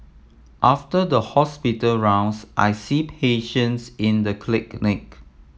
after the hospital rounds I see patients in the